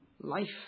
life